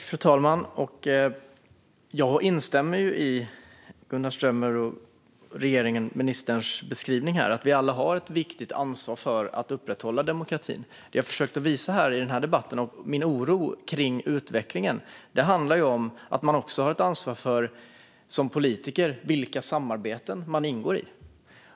Fru talman! Jag instämmer i Gunnar Strömmers beskrivning av regeringens inställning: Vi har alla ett viktigt ansvar för att upprätthålla demokratin. Det jag har försökt visa i debatten här är min oro för utvecklingen. Den handlar om att man som politiker också har ett ansvar för vilka samarbeten man ingår i.